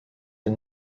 did